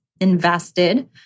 invested